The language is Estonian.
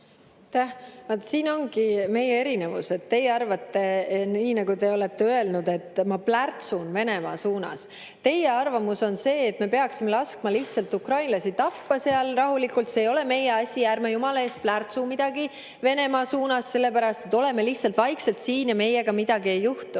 siin ongi meie erinevus, et teie arvate nii, nagu te olete öelnud, et ma plärtsun Venemaa suunas. Teie arvamus on see, et me peaksime laskma lihtsalt ukrainlasi tappa seal rahulikult, see ei ole meie asi, ärme jumala eest plärtsume midagi Venemaa suunas, oleme lihtsalt vaikselt siin ja meiega midagi ei juhtu.